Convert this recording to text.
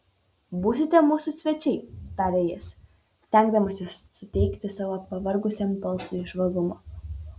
būsite mūsų svečiai tarė jis stengdamasis suteikti savo pavargusiam balsui žvalumo